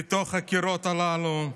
בין הקירות הללו,